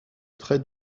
trait